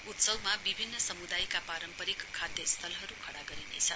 उत्सवमा विभिन्न समुदायका पारम्परिक खाद्य स्थलहरू खड़ा गरिनेछ